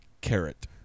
carrot